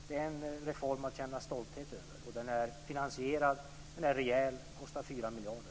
Det är en reform att känna stolthet över. Den är finansierad. Den är rejäl. Den kostar 4 miljarder.